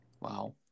Wow